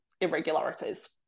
irregularities